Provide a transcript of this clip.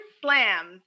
slams